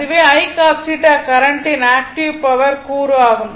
ஆகவே I cos θ கரண்ட்டின் active power கூறு ஆகும்